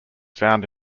found